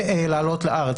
ולעלות לארץ.